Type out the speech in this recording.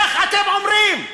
איך אתם אומרים?